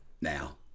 now